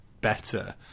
better